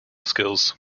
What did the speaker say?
skills